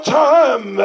time